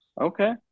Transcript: Okay